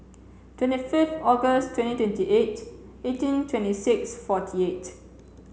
twenty fifth August twenty twenty eight eighteen twenty six forty eight